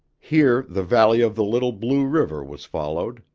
here the valley of the little blue river was followed,